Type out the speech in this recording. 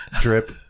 drip